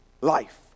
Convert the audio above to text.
life